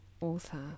author